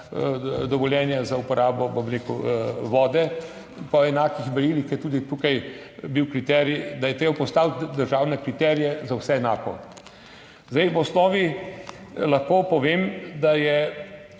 dovoljenje za uporabo, bom rekel, vode po enakih merilih, ki je tudi tukaj bil kriterij, da je treba postaviti državne kriterije za vse enako. Zdaj, v osnovi lahko povem, da je,